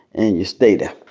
and you stay there.